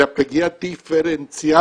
אלא פגיעה דיפרנציאלית.